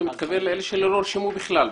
אתה מתכוון לאלה שלא נרשמו בכלל.